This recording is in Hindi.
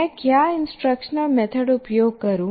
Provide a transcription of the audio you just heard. मैं क्या इंस्ट्रक्शनल मेथड उपयोग करूं